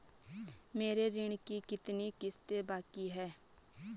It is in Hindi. मेरे ऋण की कितनी किश्तें बाकी हैं?